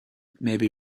maybe